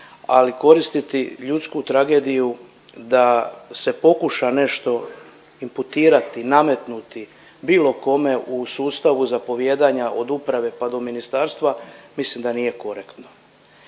ali koristiti ljudsku tragediju da se pokuša nešto imputirati, nametnuti bilo kome u sustavu zapovijedanja od uprave pa do ministarstva mislim da nije korektno.